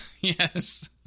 Yes